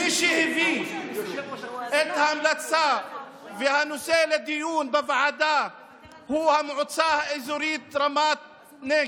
מי שהביאה את ההמלצה והנושא לדיון בוועדה היא המועצה האזורית רמת נגב.